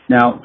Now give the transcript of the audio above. Now